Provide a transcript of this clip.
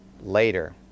later